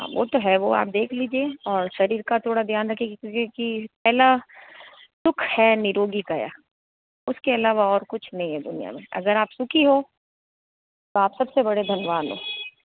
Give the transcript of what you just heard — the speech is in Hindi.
हाँ वो तो है वो आप देख लीजिए और शरीर का थोड़ा ध्यान रखिए क्योंकि पहला सुख है निरोगी काया उसके अलावा और कुछ नहीं है दुनिया में अगर आप सुखी हो तो आप सबसे बड़े धनवान हो